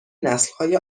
نسلهای